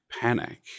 panic